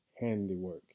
handiwork